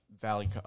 Valley